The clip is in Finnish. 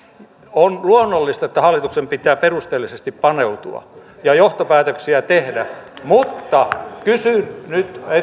on luonnollista että hallituksen pitää perusteellisesti paneutua ja johtopäätöksiä tehdä mutta kysyn nyt